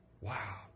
Wow